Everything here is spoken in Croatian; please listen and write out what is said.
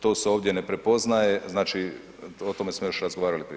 To se ovdje ne prepoznaje, znači o tome smo još razgovarali prije.